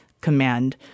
Command